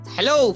Hello